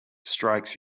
strikes